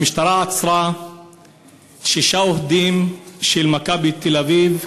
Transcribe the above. המשטרה עצרה שישה אוהדים של "מכבי תל-אביב"